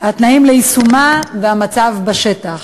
התנאים ליישומה והמצב בשטח.